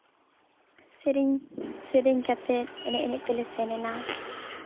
ᱥᱮᱨᱮᱧ ᱥᱮᱨᱮᱧ ᱠᱟᱛᱮ ᱮᱱᱮᱡ ᱮᱱᱮᱡ ᱛᱮᱞᱮ ᱥᱮᱱ ᱮᱱᱟ